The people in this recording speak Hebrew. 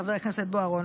חבר הכנסת בוארון.